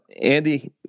Andy